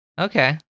Okay